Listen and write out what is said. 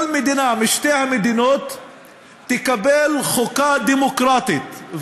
מדינה משתי המדינות תקבל חוקה דמוקרטית,